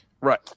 Right